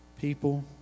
people